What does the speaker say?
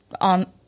on